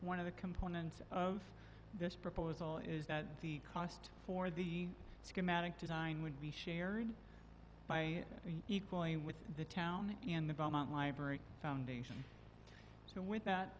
one of the components of this proposal is that the cost for the schematic to dine would be shared by equalling with the town and the belmont library foundation so with that